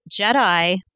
Jedi